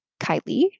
Kylie